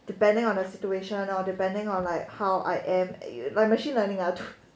depending on the situation or depending on like how I am like machine learning lah